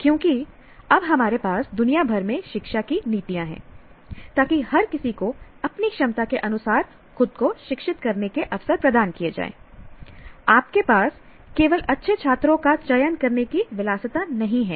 क्योंकि अब हमारे पास दुनिया भर में शिक्षा की नीतियां हैं ताकि हर किसी को अपनी क्षमता के अनुसार खुद को शिक्षित करने के अवसर प्रदान किए जाएं आपके पास केवल अच्छे छात्रों का चयन करने की विलासिता नहीं है